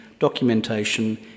documentation